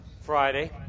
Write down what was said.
Friday